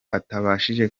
atabashije